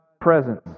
presence